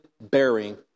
bearing